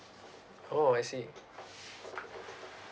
oh I see